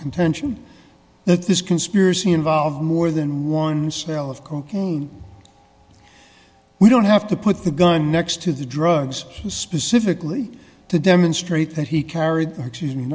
contention that this conspiracy involved more than one style of cocaine we don't have to put the gun next to the drugs specifically to demonstrate that he carried